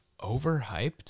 Overhyped